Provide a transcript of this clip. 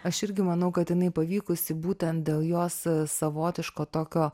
aš irgi manau kad jinai pavykusi būtent dėl jos savotiško tokio